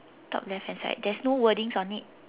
top left hand side there's no wordings on it